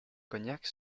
cognac